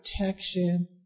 protection